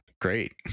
great